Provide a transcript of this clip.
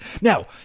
Now